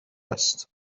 است